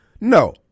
No